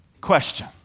Question